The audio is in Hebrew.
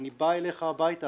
אני בא אליך הביתה,